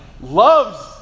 loves